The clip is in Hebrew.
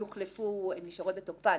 יוחלפו הן נשארות בתוקפן.